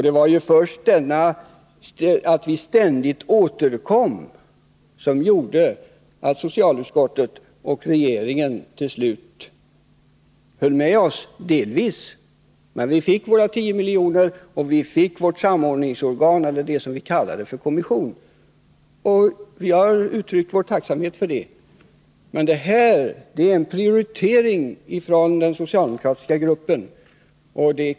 Det var just detta att vi ständigt återkom som gjorde att socialutskottet och regeringen till slut stödde oss delvis — vi fick våra 10 miljoner och vi fick vårt samordningsorgan eller det vi kallade för kommission, och vi har också uttryckt vår tacksamhet för det. När det gäller de förslag vi nu har lagt fram har den socialdemokratiska gruppen gjort en prioritering.